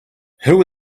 who